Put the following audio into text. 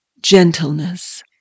gentleness